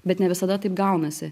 bet ne visada taip gaunasi